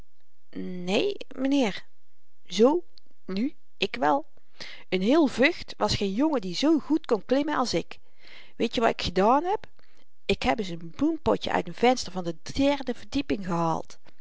é m'nheer zoo nu ik wel in heel vucht was geen jongen die zoo goed kon klimmen als ik weetje wat ik gedaan heb ik heb eens n bloempotjen uit n venster van de derde verdieping gehaald